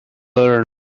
learn